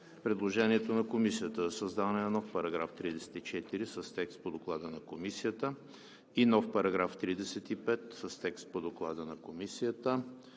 предложението на Комисията за създаване на нов § 34 с текст по Доклада на Комисията и нов § 35 с текст по Доклада на Комисията;